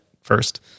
first